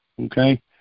Okay